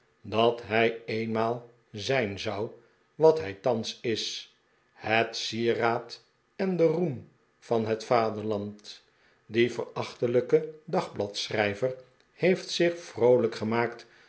dat hij eenmaal zijn zou wat hij thans is het sieraad en de roem van het vaderland die verachtelijke dagbladschrijver heeft zich vroolijk gemaakt